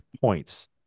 points